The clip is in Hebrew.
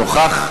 נוכח?